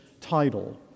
title